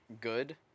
good